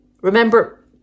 Remember